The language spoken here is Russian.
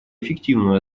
эффективную